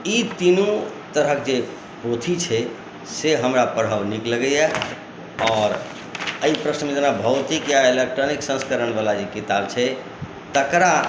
ई तीनू तरहक जे पोथी छै से हमरा पढ़ब नीक लगैया आओर एहि प्रश्नमे जेना भौतिक या इलेक्ट्रॉनिक सन्स्करण बला जे किताब छै तकरा